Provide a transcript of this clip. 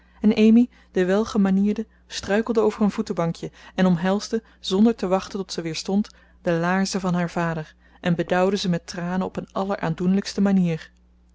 en amy de welgemanierde struikelde over een voetenbankje en omhelsde zonder te wachten tot ze weer stond de laarzen van haar vader en bedauwde ze met tranen op een alleraandoenlijkste manier